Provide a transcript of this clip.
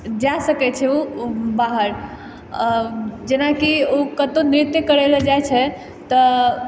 जा सकै छै उ बाहर अऽ जेनाकि उ कतौ नृत्य करै लअ जाइ छै तऽ